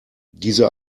diese